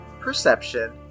perception